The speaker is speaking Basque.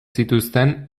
zituzten